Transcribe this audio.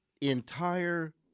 entire